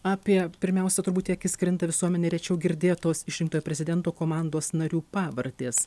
apie pirmiausia turbūt į akis krinta visuomenei rečiau girdėtos išrinktojo prezidento komandos narių pavardės